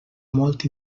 molt